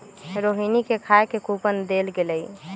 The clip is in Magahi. रोहिणी के खाए के कूपन देल गेलई